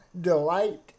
delight